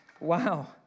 Wow